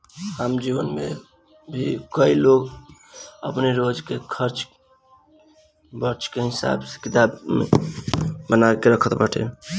आम जीवन में भी कई लोग अपनी रोज के खर्च वर्च के हिसाब किताब बना के रखत बाटे